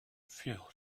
feel